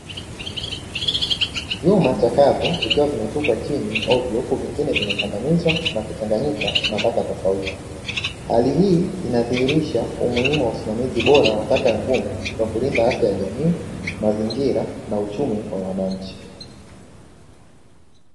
Vyuma chakavu vikiwa vimetupwa chini hovyo huku vingine vimekandamizwa na kuchanganyika na taka tofauti. Hali hii inadhihirisha umuhimu wa usimamizi bora wa taka ngumu kwa kulinda afya ya jamii, mazingira na uchumi wa wananchi.